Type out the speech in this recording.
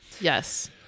Yes